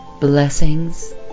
blessings